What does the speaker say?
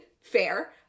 fair